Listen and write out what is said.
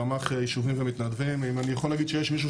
רמ"ח יישובים ומתנדבים - אם אני יכול להגיד שיש מישהו